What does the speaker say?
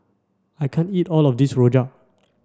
I can't eat all of this Rojak